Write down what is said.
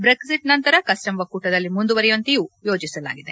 Brexit ನಂತರ custom ಒಕ್ಕೂ ಟದಲ್ಲಿ ಮೂಂದುವರೆಯುವಂತೆಯೂ ಯೋಚಿಸಲಾಗುತ್ತಿದೆ